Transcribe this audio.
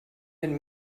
den